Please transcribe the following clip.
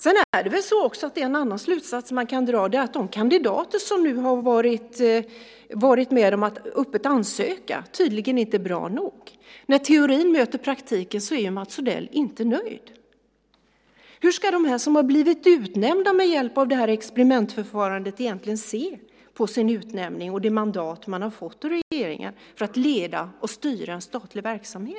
En annan slutsats som man kan dra är att de kandidater som har varit med om ett öppet ansökningsförfarande tydligen inte är bra nog. När teorin möter praktiken är Mats Odell inte nöjd. Hur ska de som har blivit utnämnda med hjälp av detta experimentförfarande egentligen se på sin utnämning och det mandat som de har fått av regeringen för att leda och styra statlig verksamhet?